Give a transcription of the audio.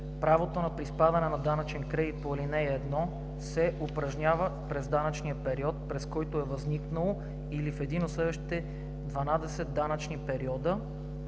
Правото на приспадане на данъчен кредит по ал. 1 се упражнява през данъчния период, през който е възникнало, или в един от следващите дванадесет данъчни периода,